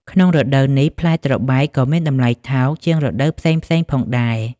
ក្នុងរដូវនេះ ផ្លែត្របែកក៏មានតម្លៃថោកជាងរដូវផ្សេងៗផងដែរ។